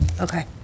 okay